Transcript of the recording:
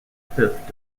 fifth